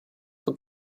for